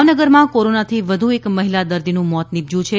ભાવનગરમાં કોરોનાથી વધુ એક મહિલા દર્દીનું મોત નીપજ્યું છે